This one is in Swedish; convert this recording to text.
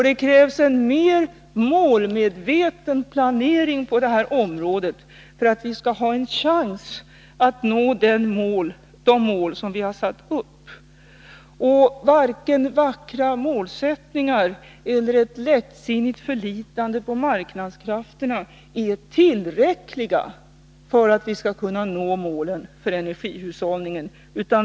Det krävs en mer målmedveten planering på det här området för att vi skall ha en chans att nå de mål som vi har satt upp. Varken vackra målsättningar eller ett lättsinnigt förlitande på marknadskrafterna är tillräckligt för att vi skall kunna nå målen för energihushållningen.